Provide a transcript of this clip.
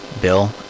Bill